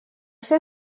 ser